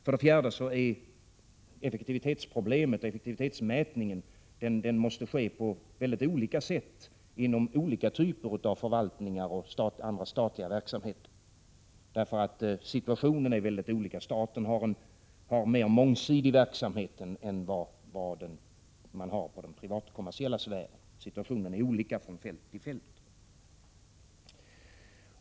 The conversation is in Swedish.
För det fjärde måste effektivitetsmätningen ske på mycket olika sätt inom olika typer av förvaltningar och andra statliga verksamheter, därför att förhållandena är olika. Staten har en mer mångsidig verksamhet än man har i den privatkommersiella sfären. Situationen är olika från fält till fält.